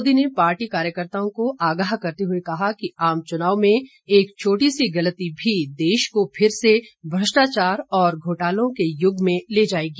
मोदी ने पार्टी कार्यकर्ताओं को आगाह करते हुए कहा कि आम चुनाव में एक छोटी सी गलती भी देश को फिर से भ्रष्टाचार और घोटालों के युग में ले जाएगी